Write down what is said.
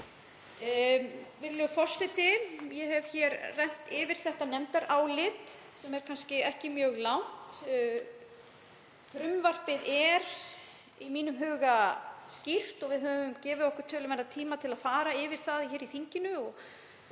Virðulegur forseti. Ég hef rennt yfir þetta nefndarálit sem er kannski ekki mjög langt. Frumvarpið er í mínum huga skýrt og við höfum gefið okkur töluverðan tíma til að fara yfir það hér í þinginu. Ég